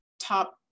top